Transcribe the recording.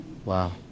Wow